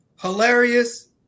hilarious